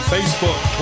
Facebook